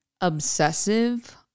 obsessive